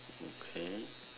okay